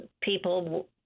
People